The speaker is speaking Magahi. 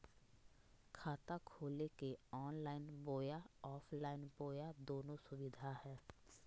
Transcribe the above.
खाता खोले के ऑनलाइन बोया ऑफलाइन बोया दोनो सुविधा है?